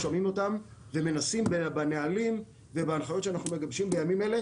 שומעים אותם ומנסים בנהלים ובהנחיות שאנחנו מגבשים בימים אלה,